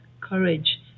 courage